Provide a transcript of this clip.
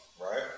right